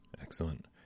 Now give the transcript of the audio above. Excellent